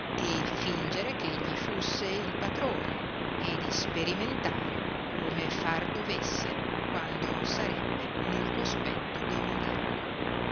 e fingere che egli fusse il patrone ed isperimentare come far dovesse quando sarebbe nel cospetto di emilliano